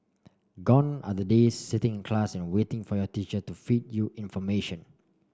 gone are the days sitting in class and waiting for your teacher to feed you information